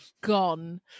gone